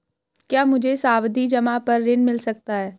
क्या मुझे सावधि जमा पर ऋण मिल सकता है?